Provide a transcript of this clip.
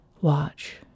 watch